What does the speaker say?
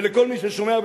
ולכל מי ששומע,